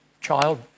child